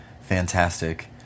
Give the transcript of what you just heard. fantastic